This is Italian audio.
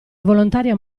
volontaria